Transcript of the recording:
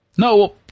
No